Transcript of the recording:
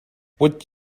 would